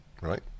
right